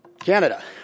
Canada